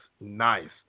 Nice